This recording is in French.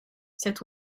cet